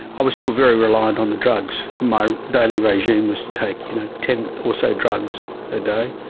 i was still very reliant on the drugs. my daily regime was to take you know ten or so drugs a day.